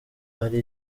ari